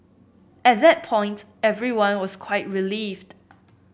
at that point everyone was quite relieved